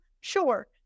Sure